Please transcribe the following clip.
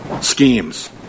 schemes